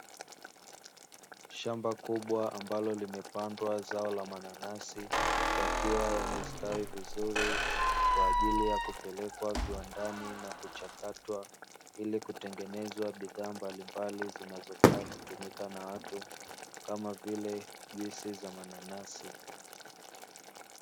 Shamba kubwa ambalo limepandwa zao la mananasi, yakiwa yamestawi vizuri kwa ajili ya kupelekwa viwandani na kuchakatwa, ili kutengeneza bidhaa mbalimbali zinazofaa kutumika na watu, kama vile, juisi za mananasi.